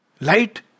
Light